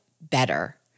better